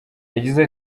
yagize